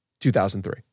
2003